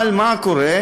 אבל מה קורה?